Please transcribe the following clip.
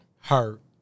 Hurt